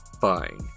Fine